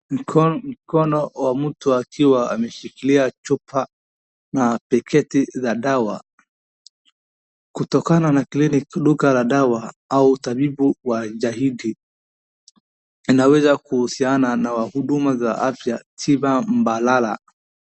Mkono wa mtu akiwa ameshikilia chupa na tiketi za dawa kutokana na cliniki duka la dawa au tabibu wa jahidi inaweza kuhusiana na huduma za afya tiba mbalala.